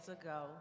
ago